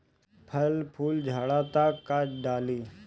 फल फूल झड़ता का डाली?